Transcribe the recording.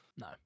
No